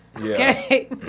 Okay